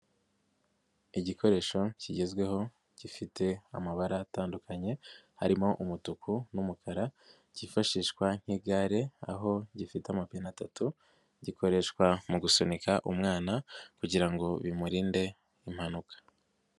Igikoresho kigezweho, gifite amabara atandukanye, harimo umutuku n'umukara, cyifashishwa nk'igare, aho gifite amapine atatu, gikoreshwa mu gusunika umwana kugira ngo bimurinde impanuka.